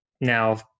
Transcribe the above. now